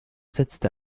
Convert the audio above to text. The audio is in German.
setzte